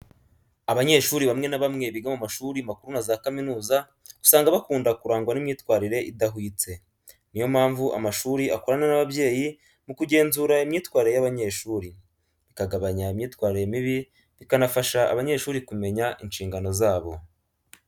Abanyeshuri bamwe na bamwe biga mu mashuri makuru na za kaminuza, usanga bakunda kurangwa n'imyitwarire idahwitse. Niyo mpamvu amashuri akorana n'ababyeyi mu kugenzura imyitwarire y'abanyeshuri, bikagabanya imyitwarire mibi bikanafasha abanyeshuri kumenya inshingano zabo.